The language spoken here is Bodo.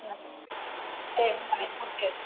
दे होमबालाय ओंखारदो